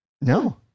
no